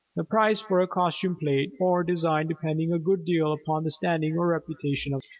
the price for a costume plate or design depending a good deal upon the standing or reputation of